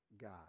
God